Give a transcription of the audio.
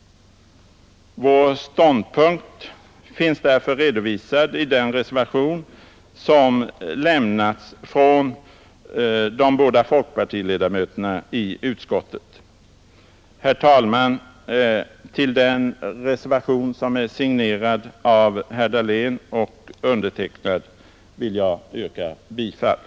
Vår ståndpunkt finns därför redovisad i den reservation som lämnats från de båda folkpartiledamöterna i utskottet. Herr talman! Till reservationen 1, som är signerad av herr Dahlén och mig, vill jag yrka bifall.